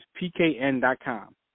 pkn.com